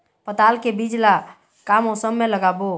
पताल के बीज ला का मौसम मे लगाबो?